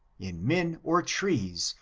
in men or trees,